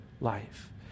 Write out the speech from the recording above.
life